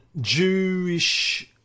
Jewish